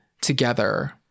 together